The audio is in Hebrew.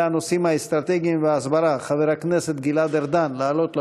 השר לנושאים האסטרטגיים ושר ההסברה חבר הכנסת גלעד ארדן לעלות לדוכן.